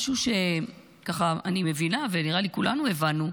משהו שככה אני מבינה ונראה לי שכולנו הבנו,